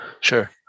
Sure